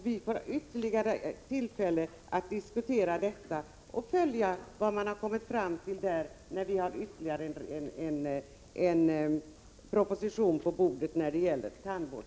Vi får ytterligare tillfälle att diskutera detta och följa vad man kommit fram till, när det finns ytterligare en proposition om tandvårdstaxa på riksdagens bord.